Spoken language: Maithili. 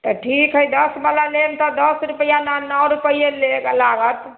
तऽ ठीक हइ दश वला लेम तऽ दश रुपआ नहि नओ रुपैए लेम लागत